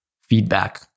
feedback